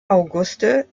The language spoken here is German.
auguste